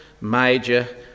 major